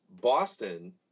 Boston